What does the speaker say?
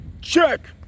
Check